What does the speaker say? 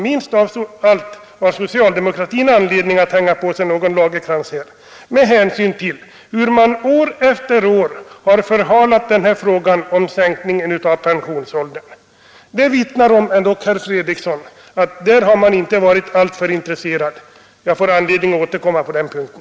Minst av alla har socialdemokraterna anledning att hänga på sig någon lagerkrans med tanke på hur de år efter år förhalat frågan om sänkning av pensionsåldern. Denna förhalning, herr Fredriksson, vittnar väl om att socialdemokratin inte varit alltför intresserad. Jag skall be att få återkomma på den punkten.